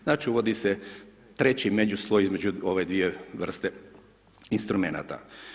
Znači uvodi se treći među sloj između ove dvije vrste instrumenata.